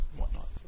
whatnot